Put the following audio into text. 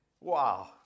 Wow